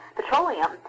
petroleum